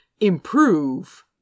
improve